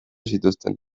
zituzten